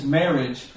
marriage